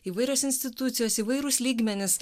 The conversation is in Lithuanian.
įvairios institucijos įvairūs lygmenys